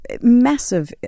massive